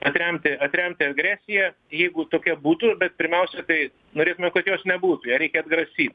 atremti atremti agresiją jeigu tokia būtų pirmiausia tai norėtume kad jos nebūtų ją reikia atgrasyt